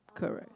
correct